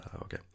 okay